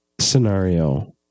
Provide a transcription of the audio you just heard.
scenario